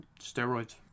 steroids